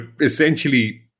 essentially